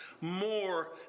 more